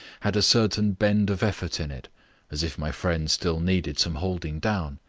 had a certain bend of effort in it as if my friend still needed some holding down.